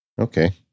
Okay